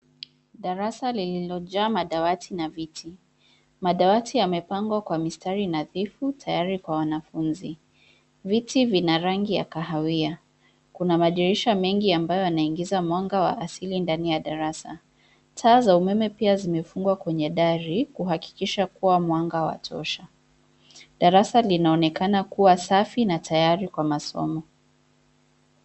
Darasa lililo jaa madawati na viti, madawati yamepangwa kwa mistari nadhifu tayari kwa wanafunzi. Viti vina rangi ya kahawia, kuna madirisha mengi ambayo yanaingiza mwanga wa asili ndani ya darasa, taa za umeme pia zimefungwa kwenye dari kuhakikisha kuwa mwanga watosha. Darasa linaonekana kuwa safi na tayari kwa masomo.